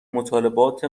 مطالبات